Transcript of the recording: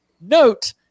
Note